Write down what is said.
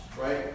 right